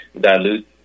dilute